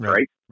right